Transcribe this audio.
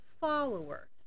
follower